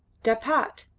dapat!